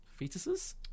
fetuses